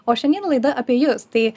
o šiandien laida apie jus tai